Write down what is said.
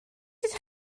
ydych